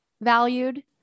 valued